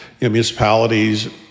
municipalities